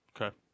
Okay